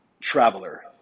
traveler